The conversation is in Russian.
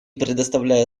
предоставляю